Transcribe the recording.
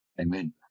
Amen